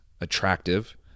attractive